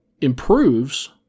improves